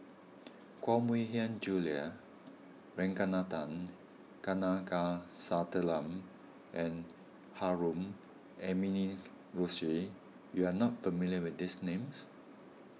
Koh Mui Hiang Julie Ragunathar Kanagasuntheram and Harun Aminurrashid you are not familiar with these names